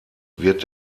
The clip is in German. wird